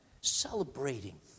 celebrating